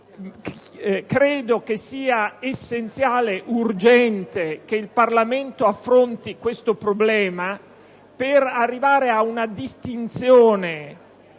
Credo che sia essenziale ed urgente che il Parlamento affronti questo problema, per arrivare alla indispensabile